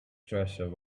treasure